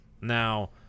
Now